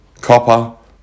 copper